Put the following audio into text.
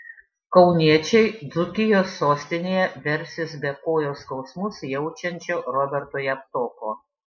kauniečiai dzūkijos sostinėje versis be kojos skausmus jaučiančio roberto javtoko